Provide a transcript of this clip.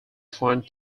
find